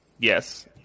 Yes